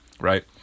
right